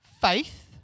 faith